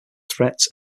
threats